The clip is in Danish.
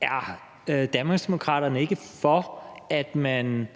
er Danmarksdemokraterne ikke for, at man